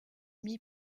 mit